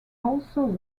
also